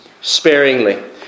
sparingly